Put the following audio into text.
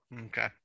Okay